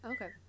Okay